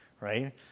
right